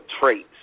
traits